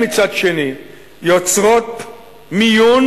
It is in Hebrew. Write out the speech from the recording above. מצד שני, יוצרות מיון